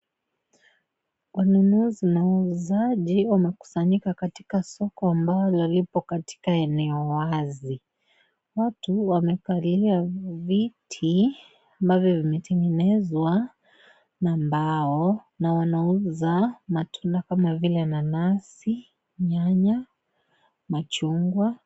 Wanunuzi na wauzaji wamekusanyika katika soko ambalo lipo katika eneo wazi. Watu wamekalia viti ambavyo vimetengenezwa na mbao na wanauza matunda kama vile nanasi, nyanya na machungwa.